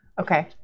Okay